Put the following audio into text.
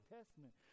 Testament